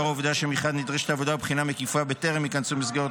לאור העובדה שמחד נדרשת עבודה ובחינה מקיפה בטרם ייכנסו מסגרות